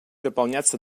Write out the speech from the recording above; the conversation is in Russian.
дополняться